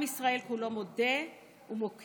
עם ישראל כולו מודה ומוקיר,